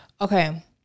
okay